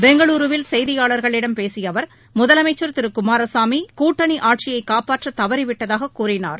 பெங்களூருவில் செய்தியாளர்களிடம் பேசிய அவர் முதலமைச்சர் திரு குமாரசாமி கூட்டணி ஆட்சியைக் காப்பாற்ற தவறிவிட்டதாகக் கூறினார்